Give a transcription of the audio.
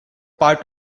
part